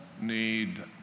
need